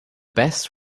best